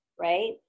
right